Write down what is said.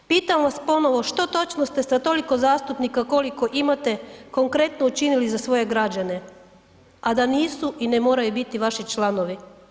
Pitam vas ponovo što točno ste sa toliko zastupnika koliko imate konkretno učinili za svoje građane, a da nisu i ne moraju biti vaši članovi?